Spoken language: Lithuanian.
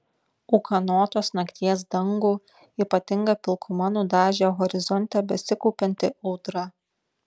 ūkanotos nakties dangų ypatinga pilkuma nudažė horizonte besikaupianti audra